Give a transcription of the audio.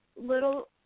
little